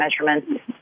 measurements